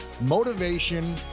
Motivation